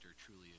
truly